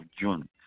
June